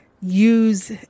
use